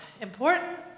important